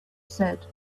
said